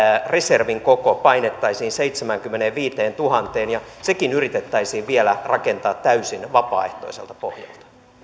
reservin koko painettaisiin seitsemäänkymmeneenviiteentuhanteen ja sekin yritettäisiin vielä rakentaa täysin vapaaehtoiselta pohjalta